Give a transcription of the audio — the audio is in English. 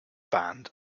band